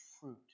fruit